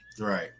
Right